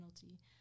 penalty